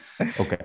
Okay